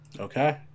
Okay